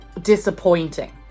disappointing